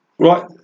Right